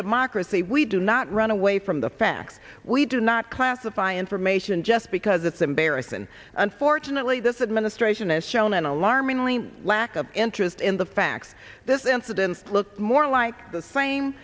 democracy we do not run away from the facts we do not classify information just because it's embarrassing unfortunately this administration has shown an alarmingly lack of interest in the facts this incident looked more like the same